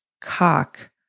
cock